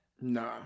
No